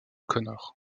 connor